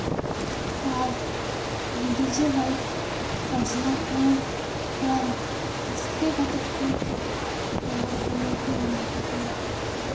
ᱟᱨ DJ mike ᱵᱟᱡᱱᱟ ᱠᱚᱦᱚᱸ ᱯᱨᱟᱭ ᱟᱥᱛᱮ ᱠᱟᱛᱮ ᱠᱩ ᱯᱚᱨᱚᱵ ᱯᱟᱹᱞᱟᱹᱭ ᱠᱚ ᱢᱟᱱᱟᱣ ᱛᱟᱠᱚ